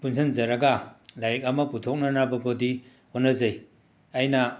ꯄꯨꯟꯁꯤꯟꯖꯔꯒ ꯂꯥꯏꯔꯤꯛ ꯑꯃ ꯄꯨꯊꯣꯛꯅꯅꯕꯕꯨꯗꯤ ꯍꯣꯠꯅꯖꯩ ꯑꯩꯅ